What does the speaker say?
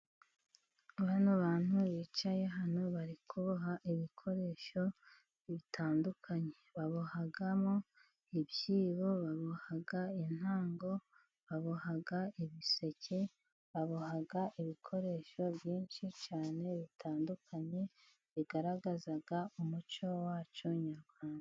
Ab'abantu bicaye hano bari kuboha ibikoresho bitandukanye, babohamo ibyibo, baboha intango, baboha ibiseke, baboha ibikoresho byinshi cyane bitandukanye, bigaragaza umuco wacu nyarwanda.